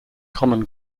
common